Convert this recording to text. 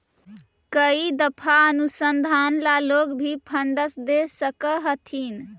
कई दफा अनुसंधान ला लोग भी फंडस दे सकअ हथीन